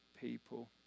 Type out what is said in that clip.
people